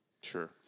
Sure